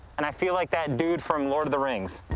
and i feel like that dude from lord of the rings.